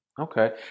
Okay